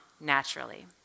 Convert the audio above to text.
naturally